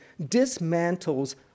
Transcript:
dismantles